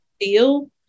feel